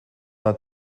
are